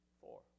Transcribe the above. Four